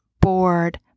bored